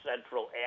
central